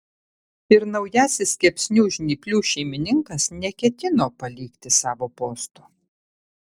ir naujasis kepsnių žnyplių šeimininkas neketino palikti savo posto